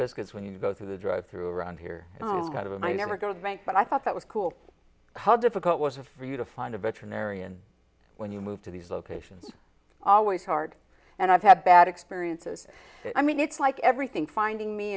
biscuits when you go through the drive through around here out of and i never go to the bank but i thought that was cool how difficult was it for you to find a veterinarian when you move to these locations always hard and i've had bad experiences i mean it's like everything finding me